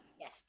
Yes